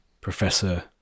Professor